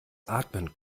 atmen